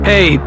Hey